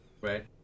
Right